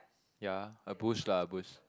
ya a bush lah a bush